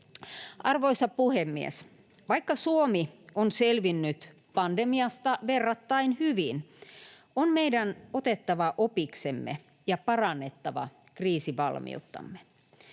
Arvoisa puhemies! Vaikka Suomi on selvinnyt pandemiasta verrattain hyvin, on meidän otettava opiksemme ja parannettava kriisivalmiuttamme.